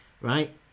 Right